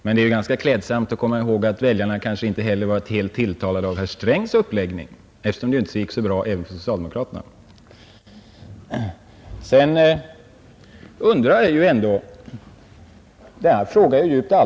Men det är ganska klädsamt att komma ihåg att väljarna kanske inte var helt tilltalade av herr Strängs uppläggning, eftersom det inte heller gick så bra för socialdemokraterna.